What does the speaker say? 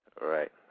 Right